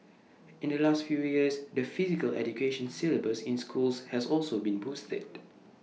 in the last few years the physical education syllabus in schools has also been boosted